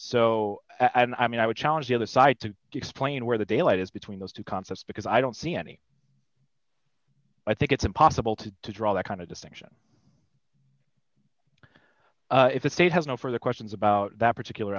don't i mean i would challenge the other side to explain where the daylight is between those two concepts because i don't see any i think it's impossible to to draw that kind of distinction if the state has no further questions about that particular